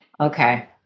okay